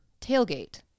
tailgate